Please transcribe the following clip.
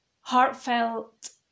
heartfelt